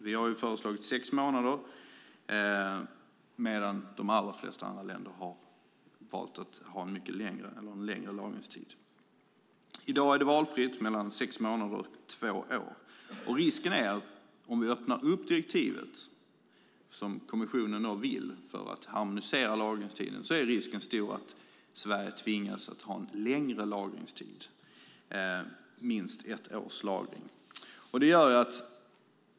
Vi har föreslagit sex månader, men de flesta andra länder har valt en längre lagringstid. I dag kan man välja från sex månader upp till två år. Öppnar vi upp direktivet, som kommissionen vill för att harmonisera lagringstiden, är risken stor att Sverige tvingas till en längre lagringstid på minst ett år.